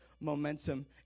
momentum